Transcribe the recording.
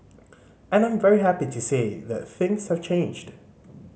and I'm very happy to say that things have changed